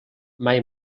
mai